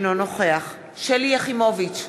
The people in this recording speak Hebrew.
אינו נוכח שלי יחימוביץ,